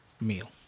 meal